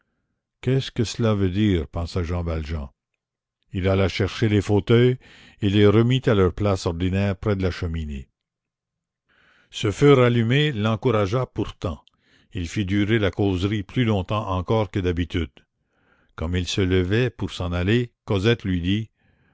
qu'est-ce que cela veut dire pensa jean valjean il alla chercher les fauteuils et les remit à leur place ordinaire près de la cheminée ce feu rallumé l'encouragea pourtant il fit durer la causerie plus longtemps encore que d'habitude comme il se levait pour s'en aller cosette lui dit